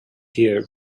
here